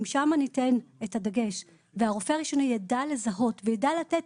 אם שמה ניתן את הדגש והרופא הראשוני ידע לזהות ויידע לתת